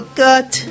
gut